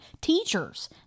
Teachers